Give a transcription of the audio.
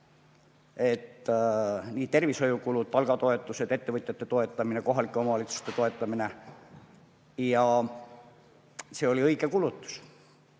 – nii tervishoiukulud, palgatoetused, ettevõtjate toetamine kui ka kohalike omavalitsuste toetamine. Ja see oli õige kulutus.